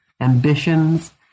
ambitions